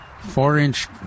four-inch